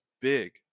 big